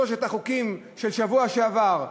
שלושת החוקים של השבוע שעבר,